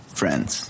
friends